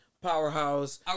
Powerhouse